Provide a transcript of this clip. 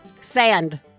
Sand